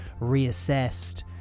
reassessed